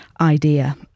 idea